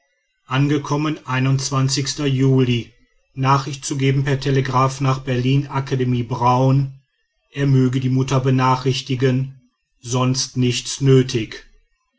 angekommen juli nachricht zu geben per telegraph nach berlin akademie braun er möge die mutter benachrichtigen sonst nichts nötig